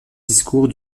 discours